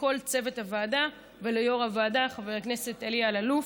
לכל צוות הוועדה וליו"ר הוועדה חבר הכנסת אלי אלאלוף.